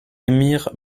remire